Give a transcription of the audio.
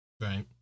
right